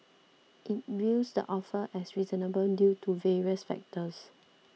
it views the offer as reasonable due to various factors